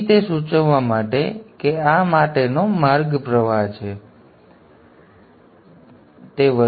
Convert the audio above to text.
તેથી તે સૂચવવા માટે કે આ માટેનો માર્ગ પ્રવાહ છે મને પણ યોગ્ય રીતે બદલવા દો પછી આ આના જેવો પ્રવાહ હશે